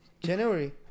January